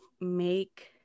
make